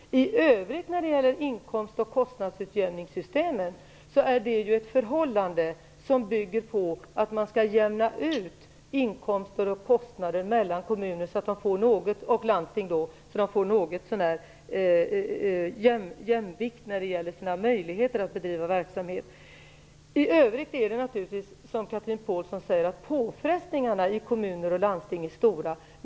Inkomst och kostnadsutjämningssystemen bygger på att man skall jämna ut inkomster och kostnader mellan kommuner och landsting så att de får något så när lika möjligheter att bedriva verksamhet. I övrigt är det naturligtvis som Chatrine Pålsson säger att påfrestningarna i kommuner och landsting är stora.